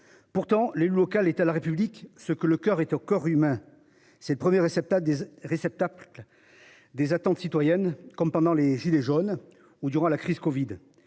Pourtant les local est à la République ce que le coeur et au corps humain, c'est le 1er récepteur réceptacle. Des attentes citoyennes comme pendant les gilets jaunes ou durant la crise Covid.